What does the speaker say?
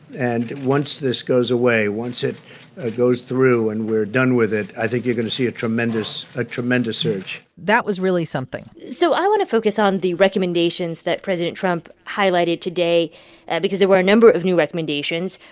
and once this goes away, once it ah goes through and we're done with it, i think you're going to see a tremendous a tremendous surge that was really something so i want to focus on the recommendations that president trump highlighted today because there were a number of new recommendations.